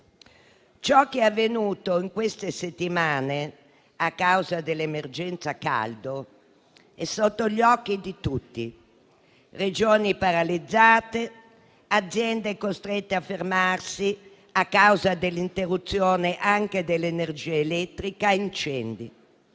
Ciò che è avvenuto in queste settimane a causa dell'emergenza caldo è sotto gli occhi di tutti: Regioni paralizzate, aziende costrette a fermarsi a causa dell'interruzione dell'energia elettrica, incendi.